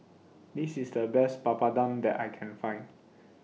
This IS The Best Papadum that I Can Find